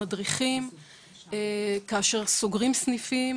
מדריכים כאשר סוגרים סניפים,